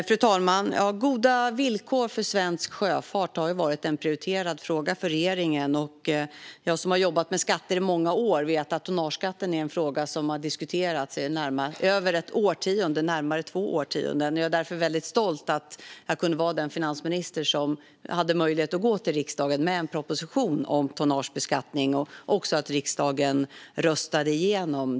Fru talman! Goda villkor för svensk sjöfart har varit en prioriterad fråga för regeringen. Jag, som har jobbat med skatter i många år, vet att tonnageskatten är en fråga som har diskuterats i över ett årtionde och i närmare två årtionden. Jag är därför stolt över att jag var den finansminister som hade möjlighet att gå till riksdagen med en proposition om tonnagebeskattning med ett förslag som riksdagen röstade igenom.